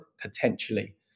Potentially